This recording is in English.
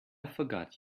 forgot